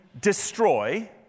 destroy